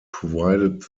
provided